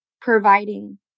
providing